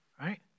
right